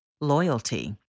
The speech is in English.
Loyalty